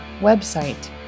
website